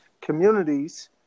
communities